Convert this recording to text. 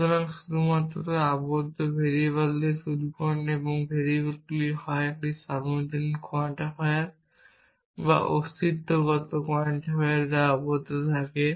সুতরাং শুধুমাত্র আবদ্ধ ভেরিয়েবল আছে দিয়ে শুরু করুন এবং ভেরিয়েবলগুলি হয় একটি সার্বজনীন কোয়ান্টিফায়ার বা অস্তিত্বগত কোয়ান্টিফায়ার দ্বারা আবদ্ধ থাকে